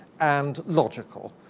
and logical.